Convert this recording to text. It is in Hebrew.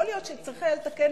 שצריך היה לתקן,